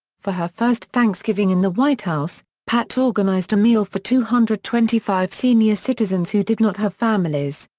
for her first thanksgiving in the white house, pat organized a meal for two hundred and twenty five senior citizens who did not have families.